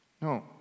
no